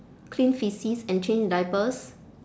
clean faeces and change diapers